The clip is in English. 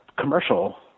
commercial